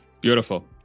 Beautiful